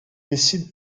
décident